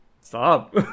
stop